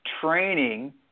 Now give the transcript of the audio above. training